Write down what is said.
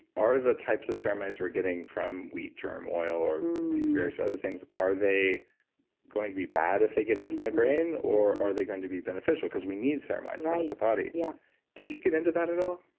are the types of ceramides we're getting from wheatgerm oil or these various other things, are they going to be bad if they get into my brain, or are they going to be beneficial because we need ceramides throughout the body? yeah did you get into that at all?